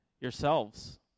yourselves